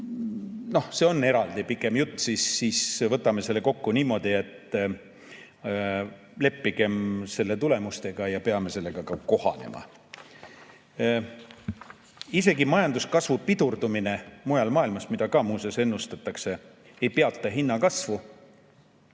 see on eraldi pikem jutt, siis võtame selle kokku niimoodi, et leppigem selle tulemustega ja kohanegem sellega. Isegi majanduskasvu pidurdumine mujal maailmas, mida ka muuseas ennustatakse, ei peata hinnakasvu.